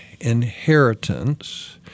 inheritance